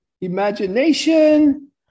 imagination